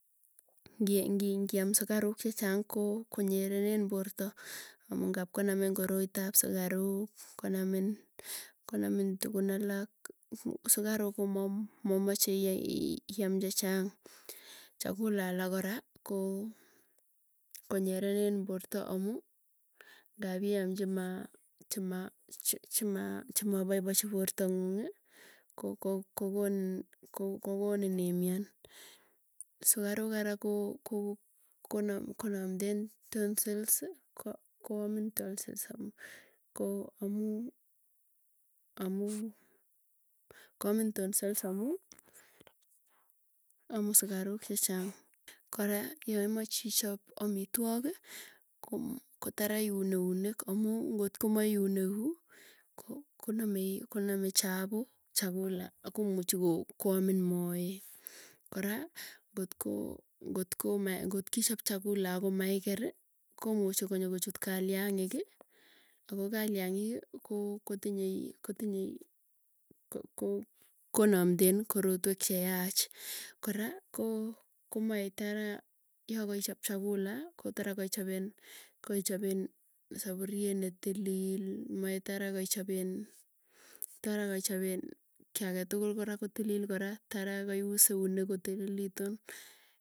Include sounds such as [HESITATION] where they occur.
Ngiamsukaruk chechang koo konyerenen porta, amuu ngapko namin koroitop sikaruk, konamin konamin tugun alak, sukaruk komomache, mamache iai iam chechang, chakula alak kora koo konyerenen porta amuu, ngapiam [HESITATION] chimapaipachi portang'unii kokonin imian, sukaruk kora konamden tonsils koamin tonsils amu ko amu amuu koamin tonsils amuu amu sigaruk chechang. Kora yaimache ichop amitwoki, kotara iun eunek amuu ngotko maiun eu konamei chapu. chakula akomuchiko koamin moet. Kora ngotko ngptko kichap chakula, akomaikeri komuchi konyokochut kaliang'iki ako kaliang'iiki koo, kotinyei kotinyei ko ko konamden korotwek cheyach kora koo komae tara yakoichop chakula kotara koichapen, kaichapen sapuriet netilil mwaita araa kaichapen tara kaichapen kiiy age tukul kora ko tilil kora tara kaius eunek kotililitun.